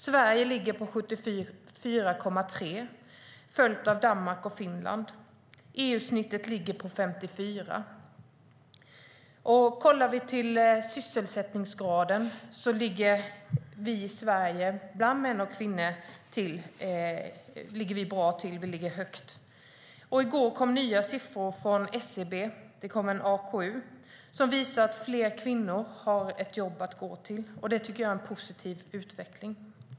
Sverige ligger på 74,3, följt av Danmark och Finland. EU-snittet är 54. Vad gäller sysselsättningsgraden bland män och kvinnor ligger vi i Sverige högt. I går kom nya siffror från SCB i en AKU som visar att fler kvinnor har ett jobb att gå till. Det tycker jag är en positiv utveckling.